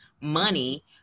money